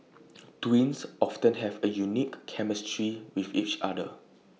twins often have A unique chemistry with each other